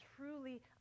truly